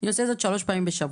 אני עושה זאת שלוש פעמים בשבוע.